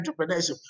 entrepreneurship